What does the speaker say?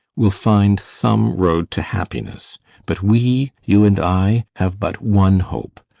will find some road to happiness but we you and i have but one hope,